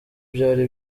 byari